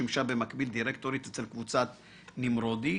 שימשה במקביל דירקטורית אצל קבוצת נמרודי.